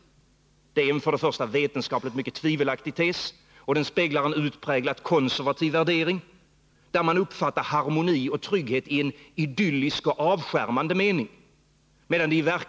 Det är en vetenskapligt mycket tvivelaktig tes, och den speglar en utpräglat konservativ värdering, som innebär att man uppfattar harmoni och trygghet från en idyllisk och avskärmande utgångspunkt.